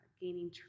gaining